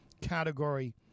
category